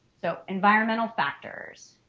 so environmental factors.